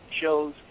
shows